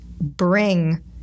bring